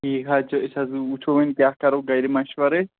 ٹھیٖک حظ چھُ أسۍ حظ وٕچھو وۄنۍ کیٛاہ کَرو گَرِ مشوَرٕ